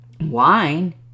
wine